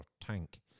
tank